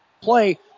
play